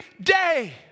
day